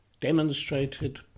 demonstrated